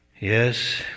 Yes